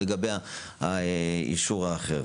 מה לגבי האישור האחר.